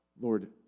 Lord